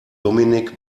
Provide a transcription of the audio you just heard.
dominik